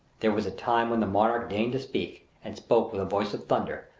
there was a time when the monarch deigned to speak, and spoke with a voice of thunder,